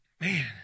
Man